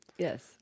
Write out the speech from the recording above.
Yes